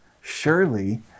surely